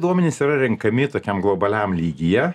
duomenys yra renkami tokiam globaliam lygyje